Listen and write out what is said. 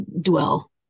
dwell